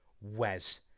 Wes